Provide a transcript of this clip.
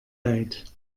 leid